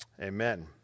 Amen